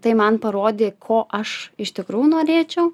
tai man parodė ko aš iš tikrųjų norėčiau